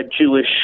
Jewish